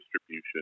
distribution